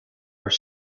are